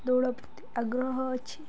ଦୌଡ଼ ପ୍ରତି ଆଗ୍ରହ ଅଛି